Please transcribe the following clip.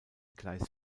gleis